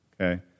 Okay